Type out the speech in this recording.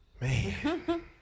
Man